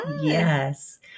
yes